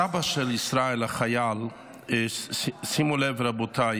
הסבא של ישראל החייל, שימו לב, רבותיי,